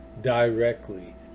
directly